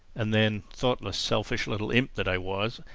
and then, thoughtless, selfish little imp that i was,